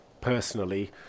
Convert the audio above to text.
personally